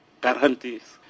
guarantees